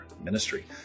ministry